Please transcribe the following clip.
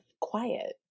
quiet